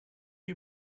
you